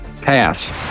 Pass